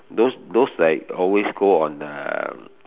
those those like always go on uh